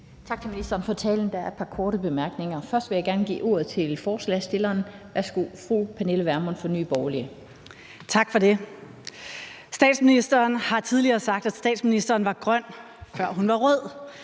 Tak for det. Statsministeren har tidligere sagt, at statsministeren var grøn, før hun var rød,